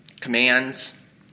commands